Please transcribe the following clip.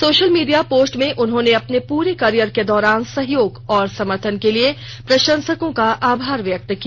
social media post में उन्होंने अपने पूरे करियर के दौरान सहयोग और समर्थन के लिये प्रशंसकों का आभार व्यक्त किया